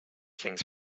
things